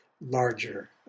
larger